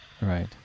Right